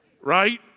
Right